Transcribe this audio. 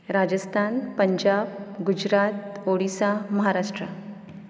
Rajasthan Punjab Gujarat Odisha Maharashtra